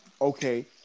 okay